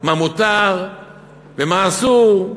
מה מותר ומה אסור.